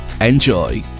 Enjoy